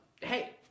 hey